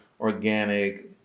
organic